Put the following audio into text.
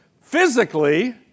physically